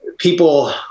people